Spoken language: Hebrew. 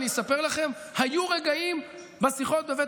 אני אספר לכם שהיו רגעים בשיחות בבית